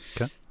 Okay